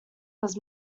was